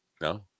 no